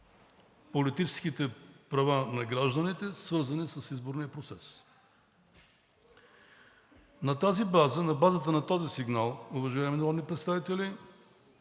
политическите права на гражданите, свързани с изборния процес. На тази база, на базата на този сигнал, уважаеми народни представители,